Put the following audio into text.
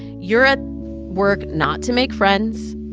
you're at work not to make friends,